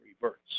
reverts